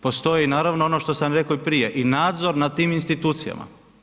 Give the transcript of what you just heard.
Postoji naravno ono što sam rekao i prije i nadzor nad tim institucijama.